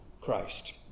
Christ